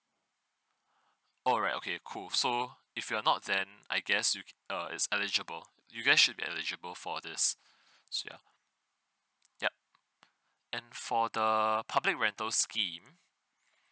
alright okay cool so if you're not then I guess you uh it's eligible you guys should be eligible for this sia yup and for the public rental scheme